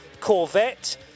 Corvette